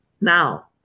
now